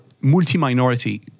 multi-minority